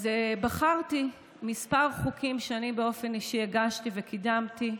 אז בחרתי כמה חוקים שאני באופן אישי הגשתי וקידמתי.